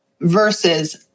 versus